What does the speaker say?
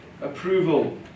Approval